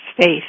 faith